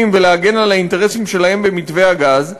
ולהגן על האינטרסים שלהם במתווה הגז,